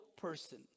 person